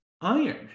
iron